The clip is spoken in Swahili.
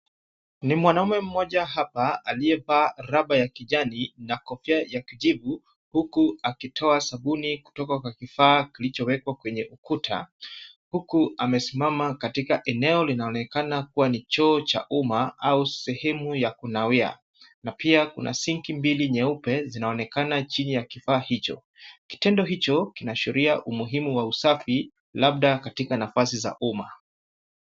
Ni mwanaume mmoja hapa aliyevaa raba ya kijani na kofia ya kijivu huku akitoa sabuni kutoka kwa kifaa kilichowekwa kwenye ukuta. Huku amesimama katika eneo linaloonekana kuwa ni choo cha umma au sehemu ya kunawia. Na pia kuna sinki mbili nyeupe zinaonekana chini ya kifaa hicho. Kitendo hicho kinaashiria umuhimu wa usafi labda katika nafasi za umma.